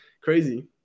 crazy